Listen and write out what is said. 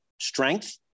strength